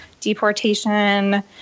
deportation